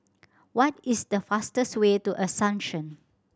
what is the fastest way to Asuncion